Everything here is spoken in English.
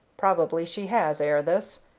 probably she has ere this,